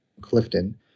Clifton